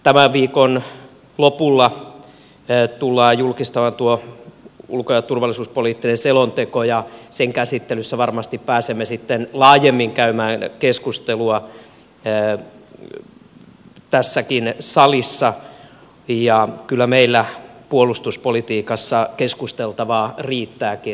tämän viikon lopulla tullaan julkistamaan ulko ja turvallisuuspoliittinen selonteko ja sen käsittelyssä varmasti pääsemme sitten laajemmin käymään keskustelua tässäkin salissa ja kyllä meillä puolustuspolitiikassa keskusteltavaa riittääkin